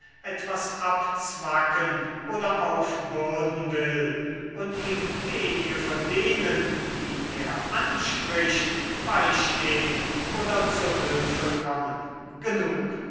etwas abzwacken oder aufbürden will und ihm wenige von denen die er anspricht beistehn oder zu hülfe kommen genug